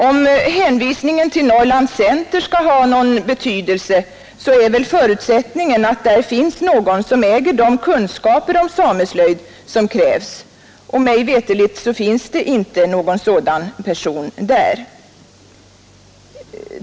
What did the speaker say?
Om hänvisningen till Norrland Center skall ha någon betydelse, är väl förutsättningen att där finns någon som äger de kunskaper om sameslöjd som krävs. Mig veterligt finns inte någon sådan person där.